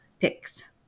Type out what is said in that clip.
picks